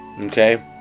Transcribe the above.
Okay